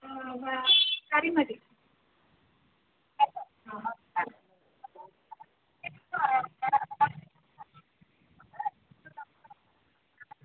കറി മതി